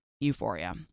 Euphoria